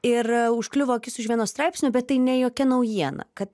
ir užkliuvo akis už vieno straipsnio bet tai ne jokia naujiena kad